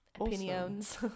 opinions